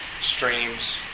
streams